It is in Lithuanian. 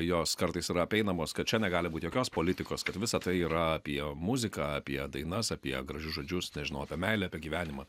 jos kartais yra apeinamos kad čia negali būt jokios politikos kad visa tai yra apie muziką apie dainas apie gražius žodžius nežinotą meilę apie gyvenimą